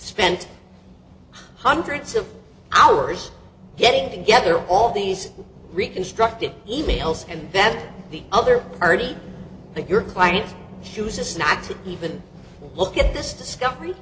spent hundreds of hours getting together all these reconstructed e mails and then the other party that your client uses not to even look at this discovery